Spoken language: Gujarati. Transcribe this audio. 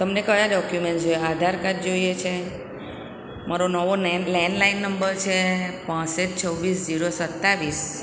તમને કયા ડોક્યુમેન્ટ જોઈએ આધાર કાર્ડ જોઈએ છે મારો નવો નેન લેન્ડલાઇન નંબર છે પાંસઠ છવ્વીસ જીરો સત્તાવીસ